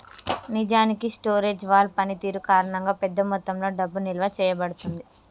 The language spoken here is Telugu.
నిజానికి స్టోరేజ్ వాల్ పనితీరు కారణంగా పెద్ద మొత్తంలో డబ్బు నిలువ చేయబడుతుంది